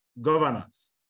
governance